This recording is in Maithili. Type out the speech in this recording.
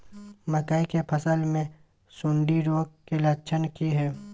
मकई के फसल मे सुंडी रोग के लक्षण की हय?